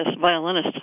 violinist